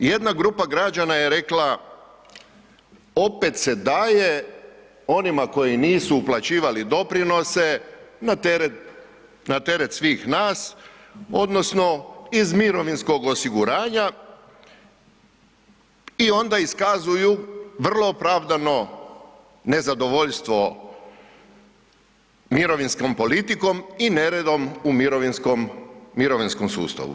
Jedna grupa građana je rekla opet se daje onima koji nisu uplaćivali doprinose na teret, na teret svih nas odnosno iz mirovinskog osiguranja i onda iskazuju vrlo opravdano nezadovoljstvo mirovinskom politikom i neredom u mirovinskom, mirovinskom sustavu.